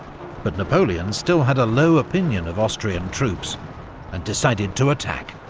but napoleon still had a low opinion of austrian troops and decided to attack.